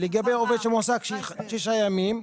לגבי עובד שמועסק שישה ימים,